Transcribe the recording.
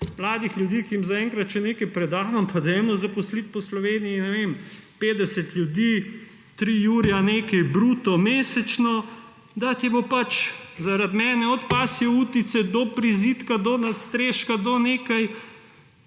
mladih ljudeh, ki jim zaenkrat še nekaj predavam, dajmo zaposliti po Sloveniji, ne vem, 50 ljudi, 3 jurje nekaj bruto mesečno, da ti bo pač zaradi mene od pasje utice do prizidka, do nadstreška, do nečesa